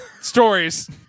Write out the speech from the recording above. Stories